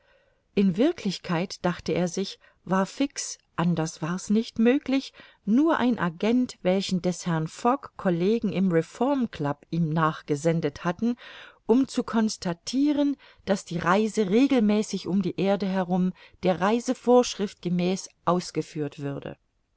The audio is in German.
in wirklichkeit dachte er sich war fix anders war's nicht möglich nur ein agent welchen des herrn fogg collegen im reformclub ihm nachgesendet hatten um zu constatiren daß die reise regelmäßig um die erde herum der reisevorschrift gemäß ausgeführt würde